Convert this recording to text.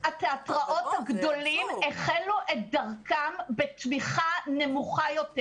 גם התיאטראות הגדולים החלו את דרכם בתמיכה נמוכה יותר.